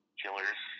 killers